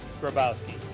Grabowski